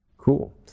Cool